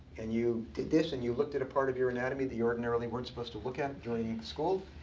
and you did this, and you looked at a part of your anatomy that you ordinarily weren't supposed to look at during school,